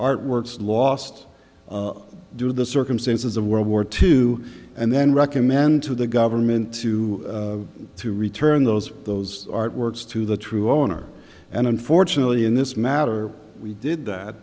artworks lost due to the circumstances of world war two and then recommend to the government to to return those those artworks to the true owner and unfortunately in this matter we did that